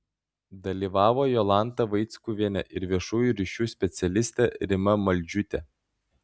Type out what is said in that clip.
dalyvavo jolanta vaickuvienė ir viešųjų ryšių specialistė rima maldžiūtė